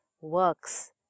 works